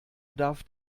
bedarf